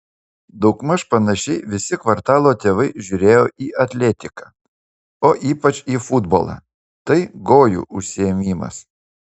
daugmaž panašiai visi kvartalo tėvai žiūrėjo į atletiką o ypač į futbolą tai gojų užsiėmimas